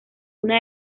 una